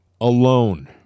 alone